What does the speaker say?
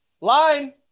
line